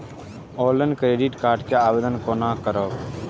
Online credit card के आवेदन कोना करब?